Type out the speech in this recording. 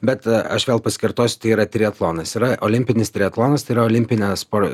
bet aš vėl pasikartosiu tai yra triatlonas yra olimpinis triatlonas tai yra olimpine sporto